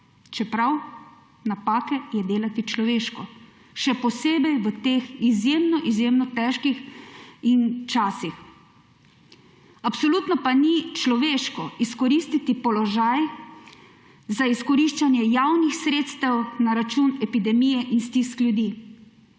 Čeprav je delati napake človeško, še posebej v teh izjemno izjemno težkih časih. Absolutno pa ni človeško izkoristiti položaja za izkoriščanje javnih sredstev na račun epidemije in stisk ljudi.